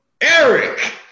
Eric